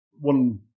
one